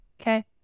Okay